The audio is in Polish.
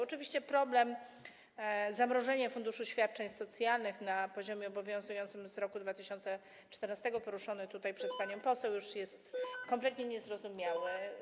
Oczywiście problem zamrożenia funduszu świadczeń socjalnych na poziomie obowiązującym z roku 2014, poruszony tutaj przez panią poseł, jest kompletnie niezrozumiały.